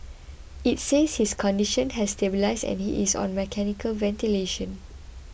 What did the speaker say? it says his condition has stabilised and he is on mechanical ventilation